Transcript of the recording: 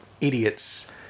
idiots